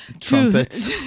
trumpets